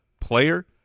player